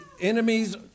enemies